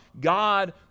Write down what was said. God